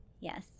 Yes